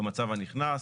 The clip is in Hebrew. במצב הנכנס?